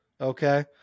Okay